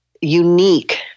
unique